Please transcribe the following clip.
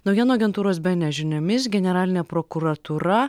naujienų agentūros bns žiniomis generalinė prokuratūra